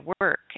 work